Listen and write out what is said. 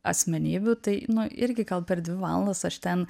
asmenybių tai irgi gal per dvi valandas aš ten